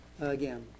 again